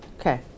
Okay